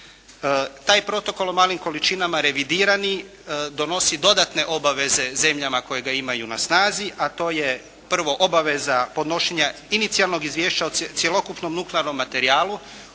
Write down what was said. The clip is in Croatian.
Taj Protokol o malim količinama revidirani donosi dodatne obaveze zemljama koje ga imaju na snazi a to je prvo obaveza podnošenja inicijalnog izvješća o cjelokupnom nuklearnom materijalu.